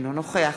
אינו נוכח